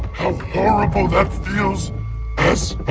how horrible that feels as a